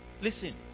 listen